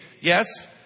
Yes